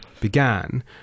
began